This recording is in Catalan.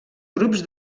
grups